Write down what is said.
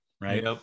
right